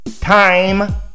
time